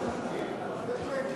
זה שקר.